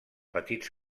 petits